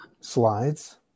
Slides